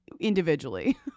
individually